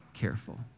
careful